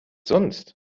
sonst